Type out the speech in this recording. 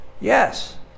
Yes